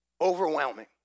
Overwhelming